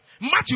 Matthew